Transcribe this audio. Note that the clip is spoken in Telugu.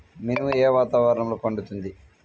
మినుము ఏ వాతావరణంలో పండుతుంది?